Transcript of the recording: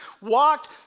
walked